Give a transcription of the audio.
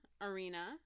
arena